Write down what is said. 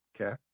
Okay